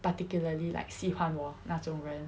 particularly like 喜欢我那种人